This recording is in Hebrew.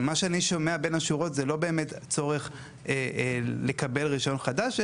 מה שאני שומע בין השורות זה לא באמת צורך לקבל רישיון חדש,